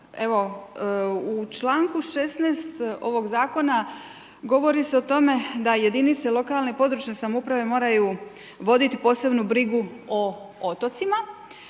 evo u članku 16. ovog zakona govori se o tome da jedinice lokalne i područne samouprave moraju voditi posebnu brigu o otocima